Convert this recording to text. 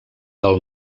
del